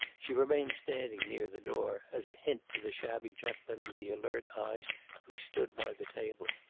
she remained standing near the door, as a hint to the shabby gentleman with the alert eyes who stood by the table.